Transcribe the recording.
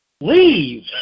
leave